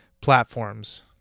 platforms